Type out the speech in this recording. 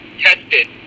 tested